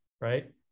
right